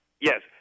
Yes